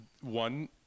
One